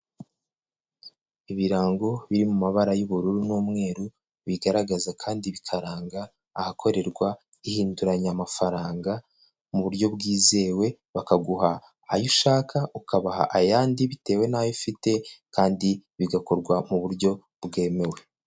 Ibirango biri mu mabara y'ubururu n'umweru bigaragaza kandi bikaranga ahakorerwa ihinduranyamafaranga, mu buryo bwizewe bakaguha ayo ushaka ukabaha ayandi bitewe n'ayo ufite kandi bigakorwa mu buryo bwemewe.